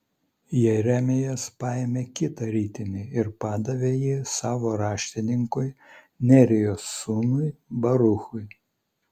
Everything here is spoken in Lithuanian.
jeremijas paėmė kitą ritinį ir padavė jį savo raštininkui nerijos sūnui baruchui